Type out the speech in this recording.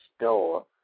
store